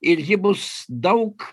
ir ji bus daug